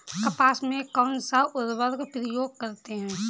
कपास में कौनसा उर्वरक प्रयोग करते हैं?